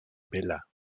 bela